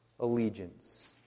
allegiance